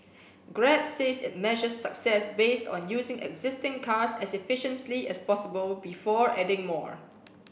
grab says it measures success based on using existing cars as efficiently as possible before adding more